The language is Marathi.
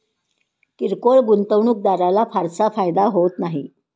किरकोळ गुंतवणूकदाराला फारसा फायदा होत नाही